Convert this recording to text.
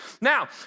Now